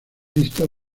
listas